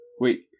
wait